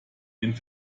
den